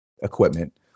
equipment